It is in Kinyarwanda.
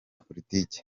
politiki